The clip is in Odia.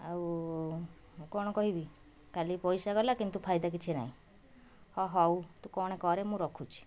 ଆଉ କ'ଣ କହିବି ଖାଲି ପଇସା ଗଲା କିନ୍ତୁ ଫାଇଦା କିଛି ନାହିଁ ଓ ହଉ ତୁ କ'ଣ କରେ ମୁଁ ରଖୁଛି